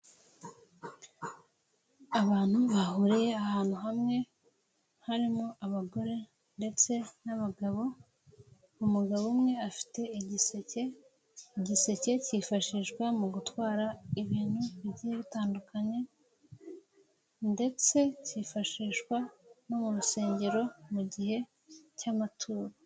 Abantu bahuriye ahantu hamwe, harimo abagore ndetse n'abagabo, umugabo umwe afite igiseke, igiseke cyifashishwa mu gutwara ibintu bigiye bitandukanye ndetse cyifashishwa no mu rusengero mu gihe cy'amaturo.